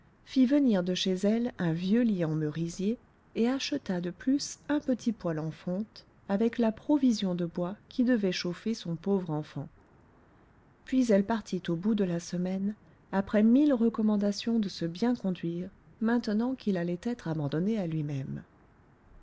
fit venir de chez elle un vieux lit en merisier et acheta de plus un petit poêle en fonte avec la provision de bois qui devait chauffer son pauvre enfant puis elle partit au bout de la semaine après mille recommandations de se bien conduire maintenant qu'il allait être abandonné à lui-même